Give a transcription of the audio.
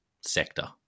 sector